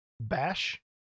bash